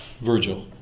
Virgil